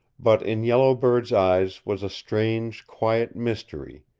but in yellow bird's eyes was a strange, quiet mystery,